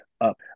up